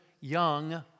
young